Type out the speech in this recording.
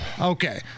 Okay